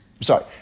Sorry